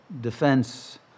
defense